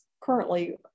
currently